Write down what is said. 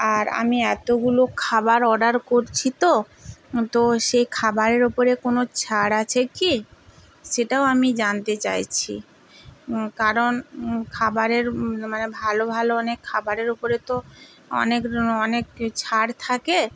আর আমি এতোগুলো খাবার অর্ডার করছি তো তো সেই খাবারের ওপরে কোনো ছাড় আছে কি সেটাও আমি জানতে চাইছি কারণ খাবারের মানে ভালো ভালো অনেক খাবারের ওপরে তো অনেক র অনেক ছাড় থাকে